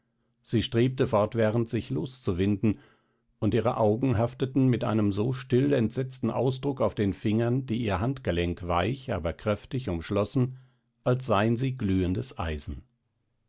sie strebte fortwährend sich loszuwinden und ihre augen hafteten mit einem so still entsetzten ausdruck auf den fingern die ihr handgelenk weich aber kräftig umschlossen als seien sie glühendes eisen